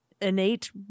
innate